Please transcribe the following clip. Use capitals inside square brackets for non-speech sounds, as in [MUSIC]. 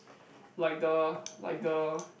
[BREATH] like the like the